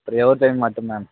ஒரே ஒரு டைம் மட்டும் மேம்